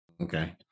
Okay